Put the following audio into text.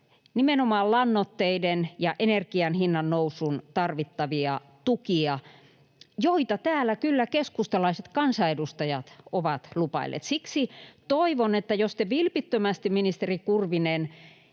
nimenomaan lannoitteiden ja energian hinnan nousuun tarvittavia tukia, joita täällä kyllä keskustalaiset kansanedustajat ovat lupailleet. Siksi toivon, että jos te vilpittömästi, ministeri Kurvinen,